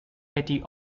petty